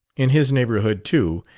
in his neighborhood, too,